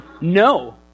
no